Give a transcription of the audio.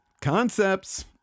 concepts